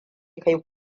kai